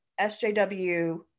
SJW